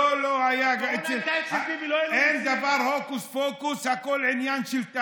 לא לא, לא היה אצל, הקורונה הייתה גם אצל ביבי.